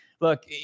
look